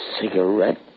cigarette